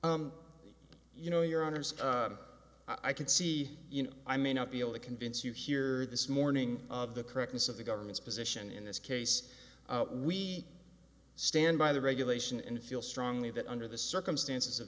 order you know your honors i could see you know i may not be able to convince you here this morning of the correctness of the government's position in this case we stand by the regulation and feel strongly that under the circumstances of